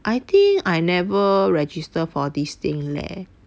I think I never register for this thing leh